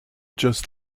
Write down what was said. just